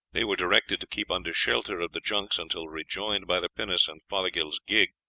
they were directed to keep under shelter of the junks until rejoined by the pinnace and fothergill's gig,